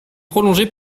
prolongé